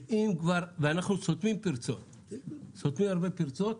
ואנחנו סותמים הרבה פרצות,